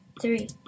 three